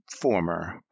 Former